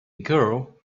girl